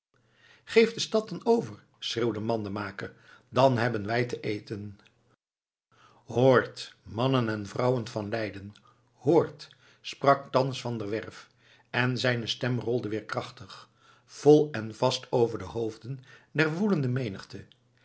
geef de stad dan over schreeuwde mandenmaker dan hebben wij te eten hoort mannen en vrouwen van leiden hoort sprak thans van der werff en zijne stem rolde weer krachtig vol en vast over de hoofden der woelende menigte